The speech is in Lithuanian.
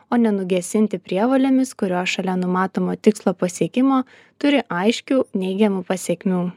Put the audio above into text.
o ne nugesinti prievolėmis kuriuo šalia numatomo tikslo pasiekimo turi aiškių neigiamų pasekmių